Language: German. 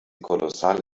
kolossal